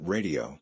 Radio